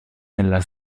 nella